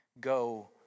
go